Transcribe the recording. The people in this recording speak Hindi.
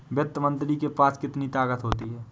वित्त मंत्री के पास कितनी ताकत होती है?